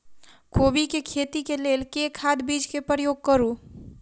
कोबी केँ खेती केँ लेल केँ खाद, बीज केँ प्रयोग करू?